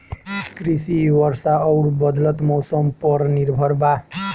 कृषि वर्षा आउर बदलत मौसम पर निर्भर बा